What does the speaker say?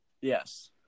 Yes